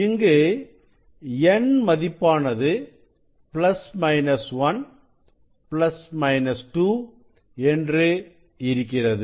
இங்கு n மதிப்பானது plus minus 1 plus minus 2 என்று இருக்கிறது